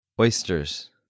oysters